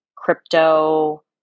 crypto